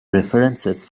references